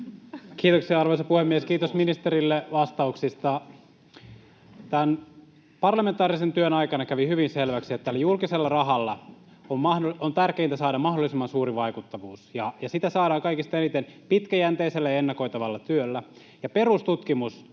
Kiitoksia, arvoisa puhemies! Kiitos ministerille vastauksista. Tämän parlamentaarisen työn aikana kävi hyvin selväksi, että julkisella rahalla on tärkeintä saada mahdollisimman suuri vaikuttavuus, ja sitä saadaan kaikista eniten pitkäjänteisellä ja ennakoitavalla työllä. Perustutkimus